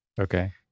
Okay